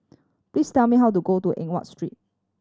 please tell me how to go to Eng Watt Street